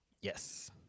Yes